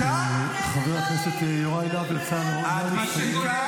הרי כתבת שאני חברת כנסת לא לגיטימית.